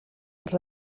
als